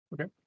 Okay